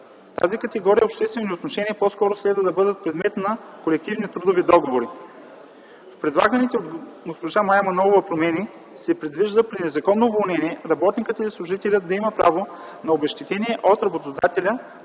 Тази категория обществени отношения по-скоро следва да бъде предмет на колективните трудови договори. В предлаганите от госпожа Мая Манолова промени се предвижда при незаконно уволнение работникът или служителят да има право на обезщетение от работодателя